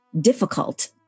difficult